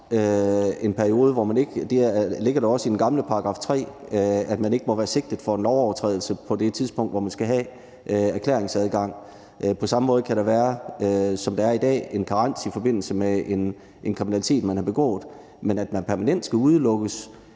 karensperiode – det ligger der også i den gamle § 3 – så man ikke må være sigtet for en lovovertrædelse på det tidspunkt, hvor man skal have erklæringsadgang. På samme måde kan der, som det er i dag, være en karens i forbindelse med en kriminalitet, man har begået. Men at man permanent skal udelukkes,